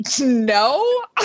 no